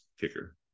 kicker